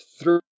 three